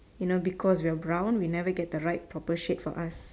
you know because we are brown we never get the right proper shade for us